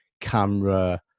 camera –